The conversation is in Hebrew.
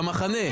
דמוקרטיה,